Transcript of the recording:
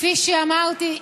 כפי שאמרתי,